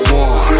one